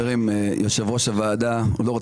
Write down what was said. יושב ראש הוועדה הרב